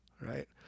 right